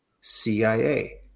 CIA